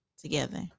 together